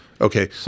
Okay